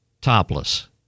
topless